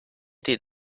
did